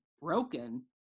broken